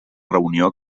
reunió